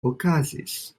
okazis